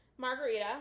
Margarita